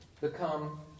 become